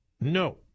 No